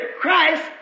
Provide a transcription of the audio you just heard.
Christ